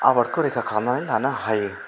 आबादखौ रैखा खालामनानै लानो हायो